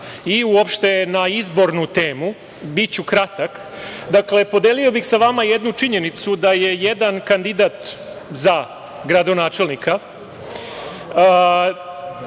i uopšte na izbornu temu. Biću kratak. Podelio bih sa vama jednu činjenicu da je jedan kandidat za gradonačelnika,